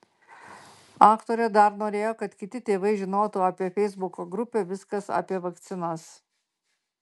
aktorė dar norėjo kad kiti tėvai žinotų apie feisbuko grupę viskas apie vakcinas